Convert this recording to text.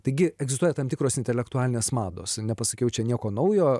taigi egzistuoja tam tikros intelektualinės mados nepasakiau čia nieko naujo